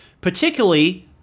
particularly